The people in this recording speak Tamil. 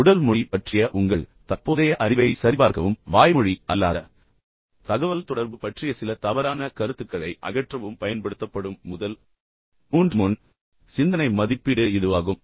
உடல் மொழி பற்றிய உங்கள் தற்போதைய அறிவை சரிபார்க்கவும் வாய்மொழி அல்லாத தகவல்தொடர்பு பற்றிய சில தவறான கருத்துக்களை அகற்றவும் பயன்படுத்தப்படும் முதல் மூன்று முன் சிந்தனை மதிப்பீடு இதுவாகும்